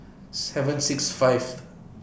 seven six five